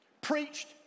preached